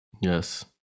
yes